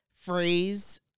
phrase